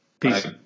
Peace